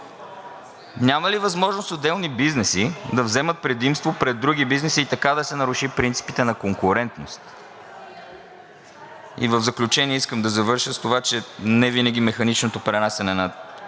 Няма ли възможност отделни бизнеси да вземат предимство пред други бизнеси и така да се нарушат принципите на конкурентност? В заключение, искам да завърша с това че не винаги механичното пренасяне на